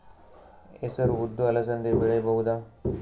ಹೆಸರು ಉದ್ದು ಅಲಸಂದೆ ಬೆಳೆಯಬಹುದಾ?